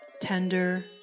tender